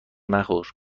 نخور